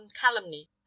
calumny